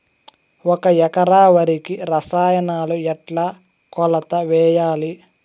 ఒక ఎకరా వరికి రసాయనాలు ఎట్లా కొలత వేయాలి?